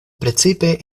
precipe